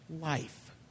life